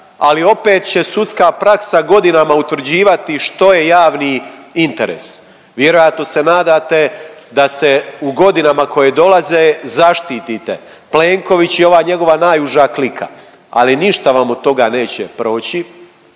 ali opet će sudska praksa godinama utvrđivati što je javni interes. Vjerojatno se nadate da se u godinama koje dolaze zaštitite. Plenković i ova njegova najuža klika, ali ništa vam od toga neće proći,